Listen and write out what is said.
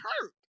hurt